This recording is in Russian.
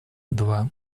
два